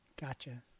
gotcha